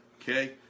Okay